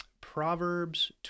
Proverbs